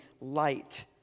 light